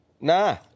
Nah